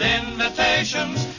invitations